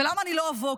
ולמה אני לא אבוא?